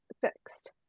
fixed